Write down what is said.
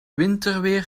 winterweer